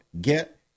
get